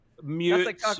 Mute